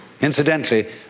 Incidentally